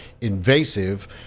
invasive